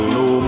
no